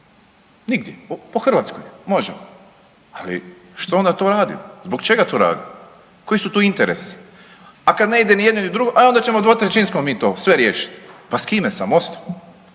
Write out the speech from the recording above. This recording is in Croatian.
Nigdje, po Hrvatskoj možemo. Ali, što onda to radimo? Zbog čega to radimo? Koji su tu interesi? A kad ne ide ni jedno ni drugo, e onda ćemo dvotrećinskom mi to sve riješiti. Pa s kime? Sa Mostom?